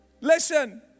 listen